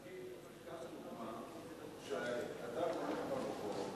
ניקח דוגמה שאדם הולך ברחוב,